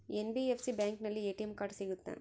NBFC ಬ್ಯಾಂಕಿನಲ್ಲಿ ATM card ಸಿಗುತ್ತಾ?